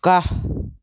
کاہہ